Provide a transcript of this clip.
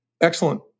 excellent